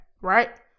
Right